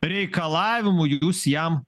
reikalavimų jūs jam